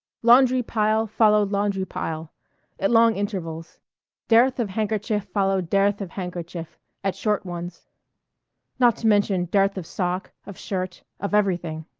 laundry pile followed laundry pile at long intervals dearth of handkerchief followed dearth of handkerchief at short ones not to mention dearth of sock, of shirt, of everything.